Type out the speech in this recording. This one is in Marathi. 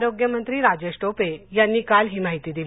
आरोग्यमंत्री राजेश टोपे यांनी काल ही माहिती दिली